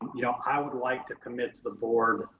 you know, i would like to commit to the board,